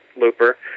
looper